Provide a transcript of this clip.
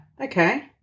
Okay